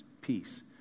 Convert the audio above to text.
peace